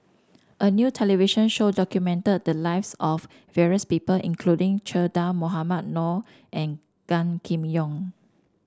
a new television show documented the lives of various people including Che Dah Mohamed Noor and Gan Kim Yong